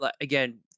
again